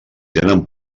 tenen